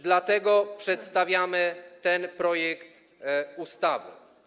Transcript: Dlatego przedstawiamy ten projekt ustawy.